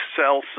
sell